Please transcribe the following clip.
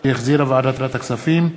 שהחזירה ועדת הכספים,